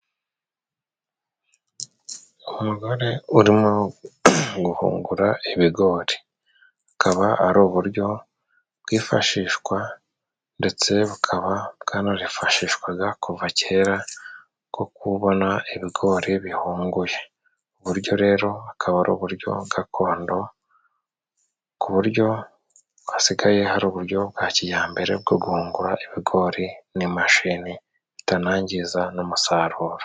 Umugore urimohungura ibigori, akaba ari uburyo bwifashishwa ndetse bukaba bwanarifashishwaga kuva kera bwo kubona ibigori bihunguye buryo rerokaba, ari uburyo gakondo ku buryo hasigaye hari uburyo bwa kijyambere bwo gu guhura ibigori, n'imashini bitanangiza n'umusaruro.